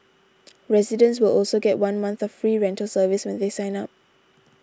residents will also get one month of free rental service when they sign up